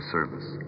Service